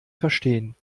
verstehen